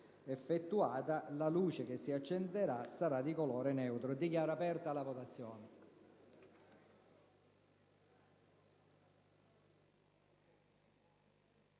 effettuata, la luce che si accenderà sarà di colore neutro. Dichiaro aperta la votazione.